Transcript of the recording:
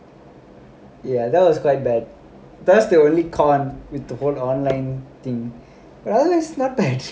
ya that was quite bad that's the only con with the whole online thing otherwise is not bad